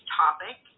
topic